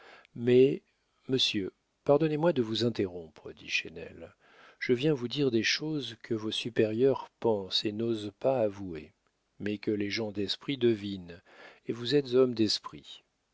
mais monsieur pardonnez-moi de vous interrompre dit chesnel je viens vous dire des choses que vos supérieurs pensent et n'osent pas avouer mais que les gens d'esprit devinent et vous êtes homme d'esprit